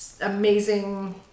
amazing